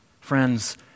friends